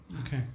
okay